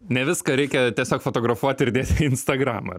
ne viską reikia tiesiog fotografuoti ir dėti į instagramą